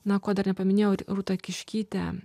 na ko dar nepaminėjau rūta kiškytė